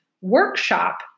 workshop